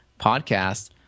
podcast